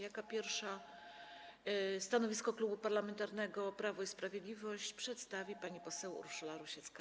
Jako pierwsza stanowisko Klubu Parlamentarnego Prawo i Sprawiedliwość przedstawi pani poseł Urszula Rusecka.